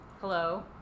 hello